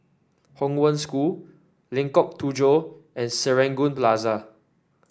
Hong Wen School Lengkok Tujoh and Serangoon Plaza